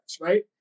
Right